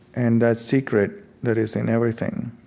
and that secret that is in everything,